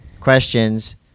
questions